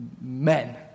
men